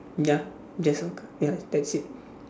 ya that's all ya that's it